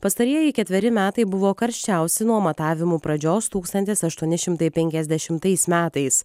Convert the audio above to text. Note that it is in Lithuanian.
pastarieji ketveri metai buvo karščiausi nuo matavimų pradžios tūkstantis aštuoni šimtai penkiasdešimtais metais